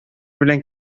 белән